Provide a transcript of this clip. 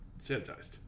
sanitized